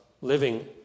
living